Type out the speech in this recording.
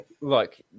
look